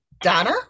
Donna